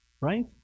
right